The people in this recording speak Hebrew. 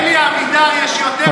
לאלי אבידר יש יותר השפעה ממך בממשלה.